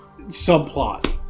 subplot